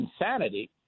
insanity